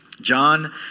John